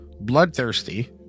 Bloodthirsty